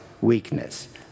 weakness